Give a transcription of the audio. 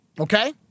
Okay